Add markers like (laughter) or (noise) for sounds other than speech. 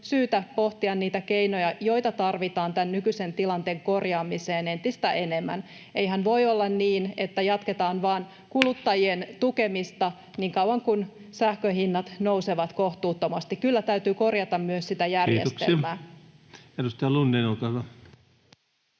syytä pohtia niitä keinoja, joita tarvitaan tämän nykyisen tilanteen korjaamiseen, entistä enemmän. Eihän voi olla niin, (noise) että jatketaan vain kuluttajien tukemista niin kauan kuin sähkönhinnat nousevat kohtuuttomasti. Kyllä täytyy korjata myös sitä järjestelmää. [Speech 174] Speaker: